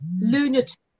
lunatic